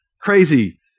crazy